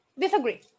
Disagree